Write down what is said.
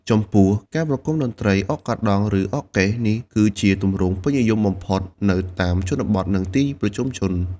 ចំពោះ ការប្រគំតន្ត្រីអកកាដង់ ឬអកកេះ នេះគឺជាទម្រង់ពេញនិយមបំផុតនៅតាមជនបទ និងទីប្រជុំជន។